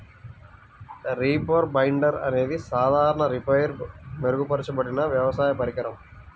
reaper binder అనేది సాధారణ రీపర్పై మెరుగుపరచబడిన వ్యవసాయ పరికరం